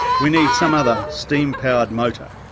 we need some other steam powered motor.